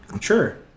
Sure